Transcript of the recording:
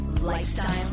lifestyle